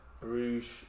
Bruges